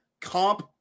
Comp